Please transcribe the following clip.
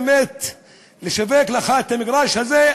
כדי לשווק לך את המגרש הזה,